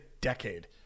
decade